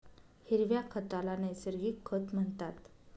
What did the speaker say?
हिरव्या खताला नैसर्गिक खत म्हणतात